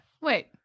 Wait